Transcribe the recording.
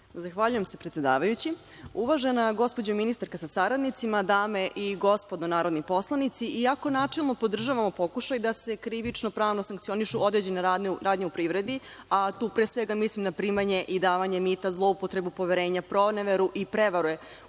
Zahvaljujem se, predsedavajući. Uvažena gospođo ministarka, sa saradnicima, dame i gospodo narodni poslanici, iako načelno podržavamo pokušaj da se krivičnopravno sankcionišu određene radnje u privredi, a tu pre svega mislim na primanje i davanje mita, zloupotrebu poverenja, proneveru i prevare